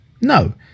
No